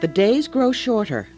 the days grow shorter